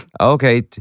okay